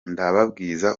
ndababwiza